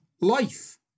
life